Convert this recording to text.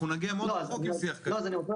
אנחנו נגיע מאוד רחוק עם שיח כזה --- אז אני רוצה